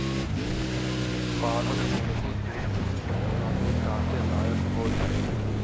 पालल मुरगी दू तीन महिना में काटे लायक हो जायेली